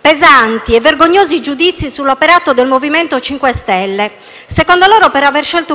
pesanti e vergognosi giudizi sull'operato del MoVimento 5 Stelle per aver scelto - secondo loro